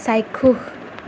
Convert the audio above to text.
চাক্ষুষ